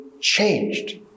changed